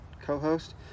co-host